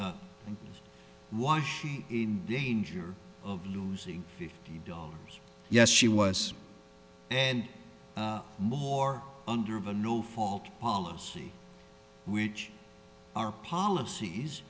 d why she in danger of losing fifty dollars yes she was and more under of a no fault policy which our policies